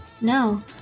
No